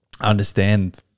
understand